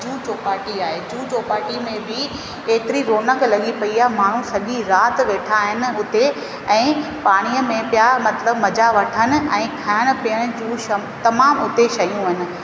जुहू चौपाटी आहे जुहू चौपाटी में बि एतिरी रौनक लॻी पई आहे माण्हू सॼी राति वेठा आहिनि उते ऐं पाणीअ में पिया मतिलबु मज़ा वठनि ऐं खाइण पीअण जूं श तमामु उते शयूं आहिनि